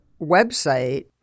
website